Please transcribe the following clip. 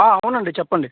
అవునండి చెప్పండి